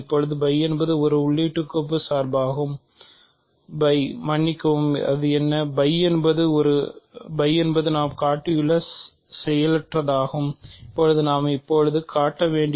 φ என்பது உள்ளிடுகோப்பு மூலம் காட்ட வேண்டும்